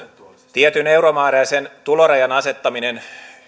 tietyn euromääräisen tulorajan asettaminen